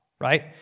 right